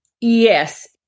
Yes